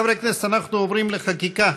חברים, אנחנו עוברים לחקיקה.